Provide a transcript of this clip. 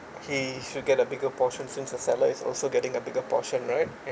he should get a bigger portions since the seller is also getting a bigger portion right